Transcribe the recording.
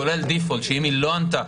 כולל דיפולט שאם היא לא ענתה,